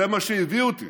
זה מה שהביא אותי